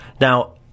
Now